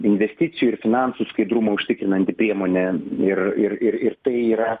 investicijų ir finansų skaidrumo užtikrinanti priemonė ir ir ir ir tai yra